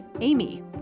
Amy